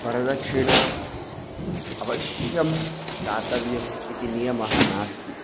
वरदक्षिणा अवश्यं दातव्यम् इति नियमः नास्ति